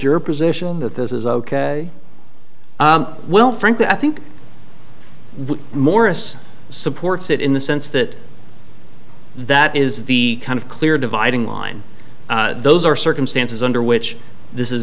your position that this is ok well frankly i think morris supports it in the sense that that is the kind of clear dividing line those are circumstances under which this is